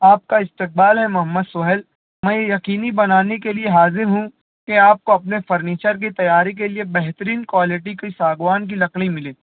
آپ کا استقبال ہے محمد سہیل میں یقینی بنانے کے لیے حاضر ہوں کہ آپ کو اپنے فرنیچر کی تیاری کے لیے بہترین کوالٹی کی ساگوان کی لکڑی ملے